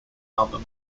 album